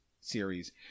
series